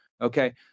okay